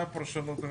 זו הפרשנות,